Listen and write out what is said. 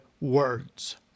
words